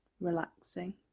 relaxing